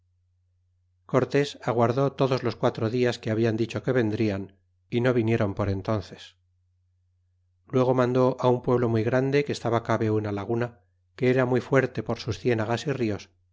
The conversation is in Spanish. cortés agua rdó todos los quatro dias que hablan dicho que vendrían y no vinieron por entences y luego mandó á un pueblo muy grande que estaba cabe una laguna que era muy fuerte por sus cienagas